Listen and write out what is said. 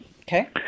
Okay